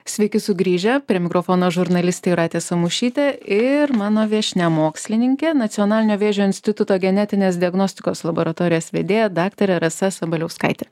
sveiki sugrįžę prie mikrofono žurnalistė jūratė samušytė ir mano viešnia mokslininkė nacionalinio vėžio instituto genetinės diagnostikos laboratorijos vedėja daktarė rasa sabaliauskaitė